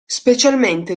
specialmente